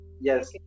yes